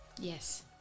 Yes